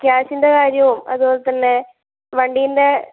ക്യാഷിൻ്റെ കാര്യവും അതുപോലെത്തന്നെ വണ്ടീൻ്റെ